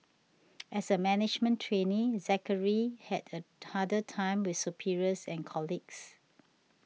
as a management trainee Zachary had a harder time with superiors and colleagues